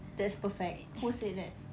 that's perfect who said that